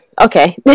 okay